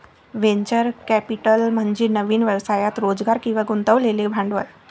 venture capital म्हणजे नवीन व्यवसायात रोजगार किंवा गुंतवलेले भांडवल